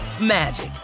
magic